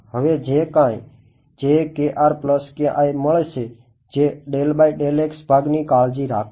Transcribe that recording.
હવે જે કાઈ મળશે જે ભાગની કાળજી રાખશે